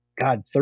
god